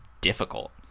difficult